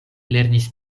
lernis